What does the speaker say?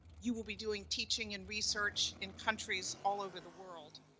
you will be doing teaching and research in countries all over the world.